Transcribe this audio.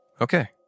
Okay